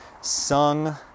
Sung